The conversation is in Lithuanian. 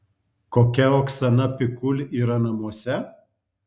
kokia oksana pikul yra namuose